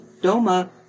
Doma